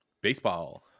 baseball